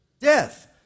Death